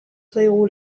zaigu